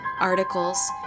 articles